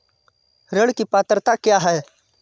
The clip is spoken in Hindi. ऋण की पात्रता क्या है?